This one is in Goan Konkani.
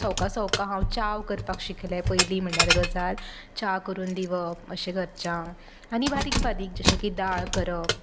सोवका सोवका हांव चाव करपाक शिकलें पयलीं म्हळ्यार गजाल च्या करून दिवप अशें घरच्यांक आनी बारीक बारीक जशें की दाळ करप